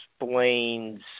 explains